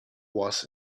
was